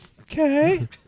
Okay